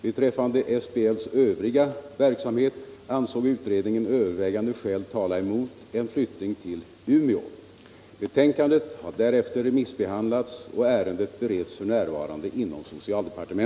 Beträffande SBL:s övriga verksamhet ansåg utredningen övervägande skäl tala emot en flyttning till Umeå. Betänkandet har därefter remissbehandlats, och ärendet bereds f.n.